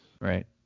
Right